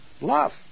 Love